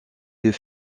deux